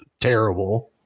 terrible